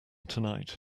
tonight